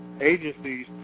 agencies